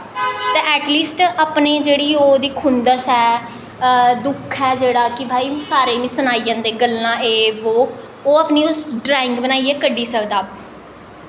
तां ऐटलिस्ट अपनी जेह्ड़ी ओह्दी खुंदक ऐ दुक्ख ऐ कि भाई सारें गी सनाई जंदे गल्लां एह् बो ओह् उस्सी अपनी ड्राईंग बनाइयै कड्ढी सकदा